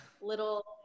little